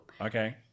okay